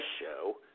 show